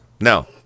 No